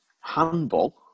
Handball